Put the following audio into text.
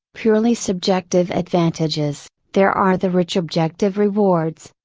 purely subjective advantages, there are the rich objective rewards.